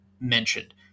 mentioned